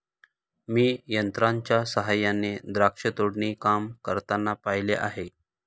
मी यंत्रांच्या सहाय्याने द्राक्ष तोडणी काम करताना पाहिले आहे